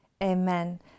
Amen